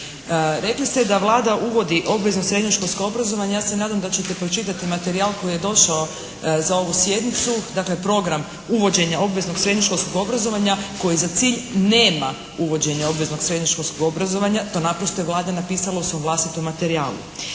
Rekli ste da Vlada uvodi obvezno srednjoškolsko obrazovanje. Ja se nadam da ćete to čitati materijal koji je došao za ovu sjednicu dakle, program uvođenja srednjoškolskog obrazovanja koji za cilj nema uvođenje obveznog srednjoškolskog obrazovanja, to naprosto je Vlada napisala u svom vlastitom materijalu.